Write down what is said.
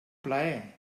plaer